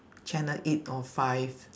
channel eight or five